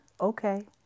okay